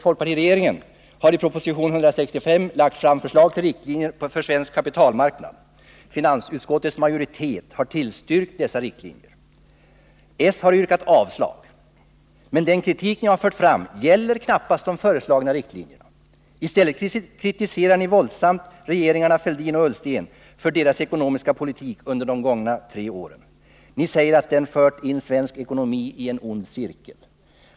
Folkpartiregeringen har i proposition 165 lagt fram förslag till riktlinjer för svensk kapitalmarknad. Finansutskottets majoritet har tillstyrkt dessa riktlinjer. Socialdemokraterna har yrkat avslag på dem. Men den kritik ni har fört fram gäller knappast de föreslagna riktlinjerna. I stället kritiserar ni våldsamt regeringarna Fälldin och Ullsten för deras ekonomiska politik under de gångna tre åren. Ni säger att den fört in svensk ekonomi i en ond cirkel.